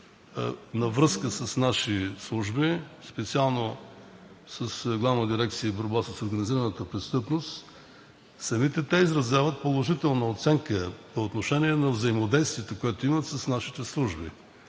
във връзка с наши служби, специално с Главна дирекция „Борба с организираната престъпност“, самите те изразяват положителна оценка по отношение на взаимодействието, което имат с нашите служби.